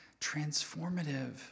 transformative